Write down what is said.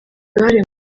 uruhare